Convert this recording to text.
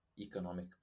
economic